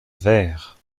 verre